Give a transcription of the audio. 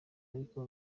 ariko